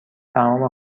تمام